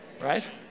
Right